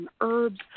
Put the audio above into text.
herbs